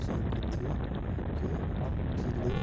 शागुती okay chilli